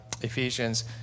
Ephesians